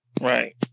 Right